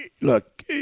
look